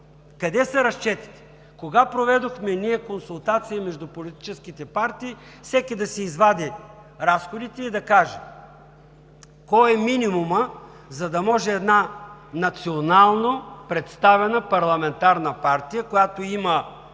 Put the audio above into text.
Къде са разчетите?! Кога проведохме ние консултации между политическите партии, всеки да си извади разходите и да каже кой е минимумът, за да може една национално представена парламентарна партия, която има